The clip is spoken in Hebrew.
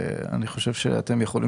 אני רוצה לומר שאני חושב שאתם יכולים